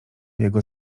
jego